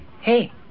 Hey